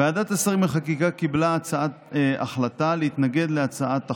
ועדת השרים לחקיקה קיבלה הצעת החלטה להתנגד להצעת החוק,